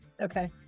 Okay